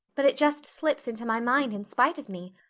but it just slips into my mind in spite of me.